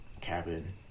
cabin